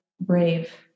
brave